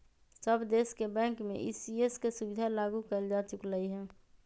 सब देश के बैंक में ई.सी.एस के सुविधा लागू कएल जा चुकलई ह